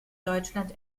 deutschland